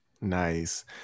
Nice